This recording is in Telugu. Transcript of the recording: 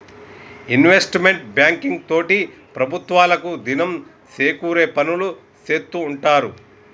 ఇన్వెస్ట్మెంట్ బ్యాంకింగ్ తోటి ప్రభుత్వాలకు దినం సేకూరే పనులు సేత్తూ ఉంటారు